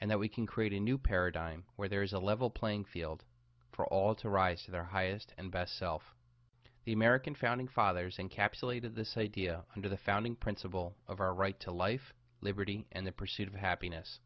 and that we can create a new paradigm where there is a level playing field for all to rise to their highest and best self the american founding fathers and capsulated this idea under the founding principle of our right to life liberty and the pursuit of happiness